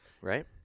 Right